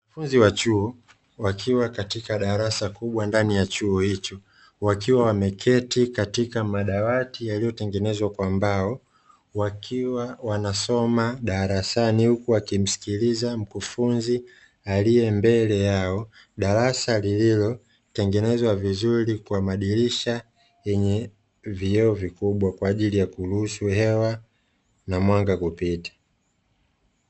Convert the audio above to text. Wanafunzi wa chuo wakiwa katika darasa kubwa ndani ya chuo hicho, wakiwa wameketi katika madawati yaliyotengenezwa kwa mbao, wakiwa wanasoma darasani huku wakimsikiliza mkufunzi aliyembele yao. Darasa lililotengenezwa vizuri kwa madirisha yenye vioo vikubwa kwa ajili ya kuruhusu hewa na mwanga kupita.